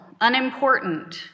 unimportant